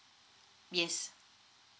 yes